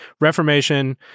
reformation